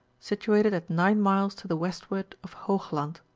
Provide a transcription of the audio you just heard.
situated at nine miles to the westward of hoogland.